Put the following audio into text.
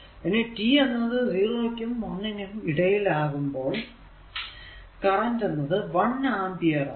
ഇനി t എന്നത് 0 ക്കും 1 നും ഇടയിൽ ആകുമ്പോൾ കറന്റ് എന്നത് 1 അമ്പിയർ ആണ്